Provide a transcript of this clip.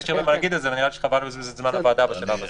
יש לי הרבה להגיד על זה אבל חבל לבזבז את זהמן הוועדה בשלב הזה.